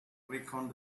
recount